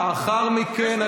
לאחר מכן.